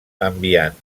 enviant